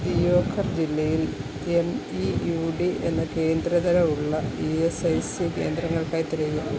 ദിയോഘർ ജില്ലയിൽ M E U D എന്ന കേന്ദ്ര തരമുള്ള ഇ എസ് ഐ സി കേന്ദ്രങ്ങൾക്കായി തിരയുക